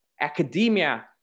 Academia